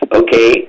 okay